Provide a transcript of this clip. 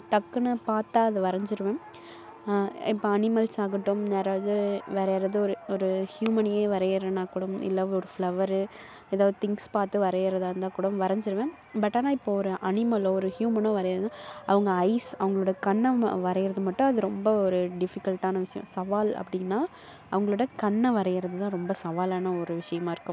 டக்குன்னு பார்த்தா அதை வரைஞ்சிருவேன் இப்போ அனிமல்ஸ் ஆகட்டும் யாராவது வேறு யாராவது ஒரு ஒரு ஹுயூமனையே வரைகிறோனா கூட இல்லை ஒரு ஃப்ளவரு ஏதாவது திங்ஸ் பார்த்து வரைகிறதா இருந்தால் கூட வரைஞ்சிருவேன் பட் ஆனால் இப்போது ஒரு அனிமலோ ஒரு ஹுயூமனோ வரைகிறதுனா அவங்க ஐஸ் அவங்களோட கண்ணம் வரைகிறது மட்டும் அது ரொம்ப ஒரு டிஃப்ஃபிகல்ட்டான விஷயம் சவால் அப்படின்னா அவங்களோட கண்ணை வரைகிறதுதான் ரொம்ப சவாலான ஒரு விஷயமாக இருக்கும்